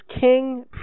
king